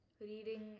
reading